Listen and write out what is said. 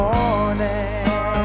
Morning